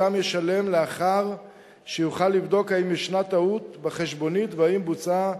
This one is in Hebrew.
שאותן ישלם לאחר שיוכל לבדוק אם ישנה טעות בחשבונית ואם בוצעה